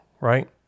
right